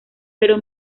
pero